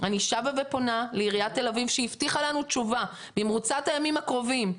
אני שבה ופונה לעירית תל אביב שהבטיחה לנו תשובה במרוצת הימים הקרובים,